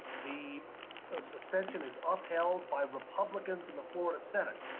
the suspension is upheld by republicans in the florida senate.